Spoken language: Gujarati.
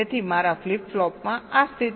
તેથી મારા ફ્લિપ ફ્લોપ માં આ સ્થિતિ છે